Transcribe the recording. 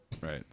Right